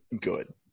good